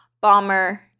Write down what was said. Bomber